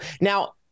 Now